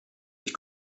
ich